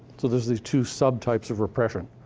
so there's these two subtypes of repression.